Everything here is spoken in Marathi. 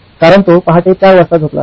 कारण तो पहाटे 4 वाजता झोपला आहे